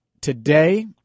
today –